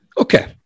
Okay